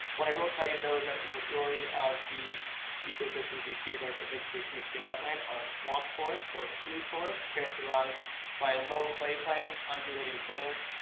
what i will tell you though is that the majority of the ecosystems we see they're provincially significant wet land are swamp forest, or a slough forest characterized by a low clay plain, undulating plains.